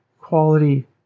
quality